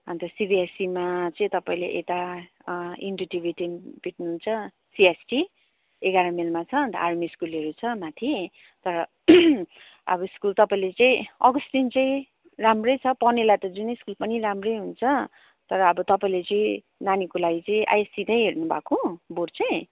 अन्त सिबिएससीमा चाहिँ तपाईँले यता इन्डो टिबिटियन देख्नुहुन्छ सिएसटी एघार माइलमा छ अन्त आर्मी स्कुलहरू छ माथि तर अब स्कुल तपाईँले चाहिँ अगस्टिन चाहिँ राम्रै छ पढ्नेलाई त जुनै स्कुल पनि राम्रै हुन्छ तर अब तपाईँले चाहिँ नानीको लागि चाहिँ आइएससी नै हेर्नुभएको बोर्ड चाहिँ